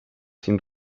sin